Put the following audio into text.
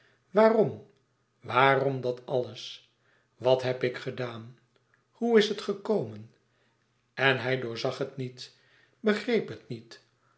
waarom waarom dat alles wat heb ik gedaan hoe is dat gekomen en hij doorzag het niet begreep het niet